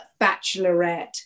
Bachelorette